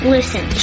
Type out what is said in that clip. Listen